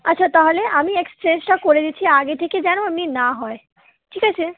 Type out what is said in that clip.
আচ্ছা তাহলে আমি এক্সচেঞ্জটা করে দিচ্ছি আগে থেকে যেন এমনি না হয় ঠিক আছে